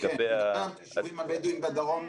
לגבי היישובים הבדואים בדרום,